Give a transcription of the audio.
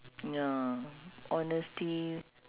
ya honesty